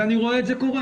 ואני רואה את זה קורה.